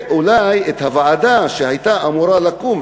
ואולי הוועדה שהייתה אמורה לקום,